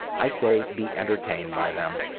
i say be entertained by them.